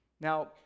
Now